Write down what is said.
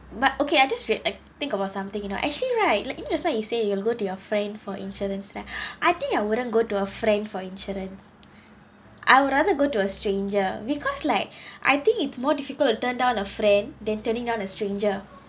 but okay I just rea~ I think about something you know actually right like you just now you say you will go to your friend for insurance lah I think I wouldn't go to a friend for insurance I would rather go to a stranger because like I think it's more difficult to turn down a friend then turning on a stranger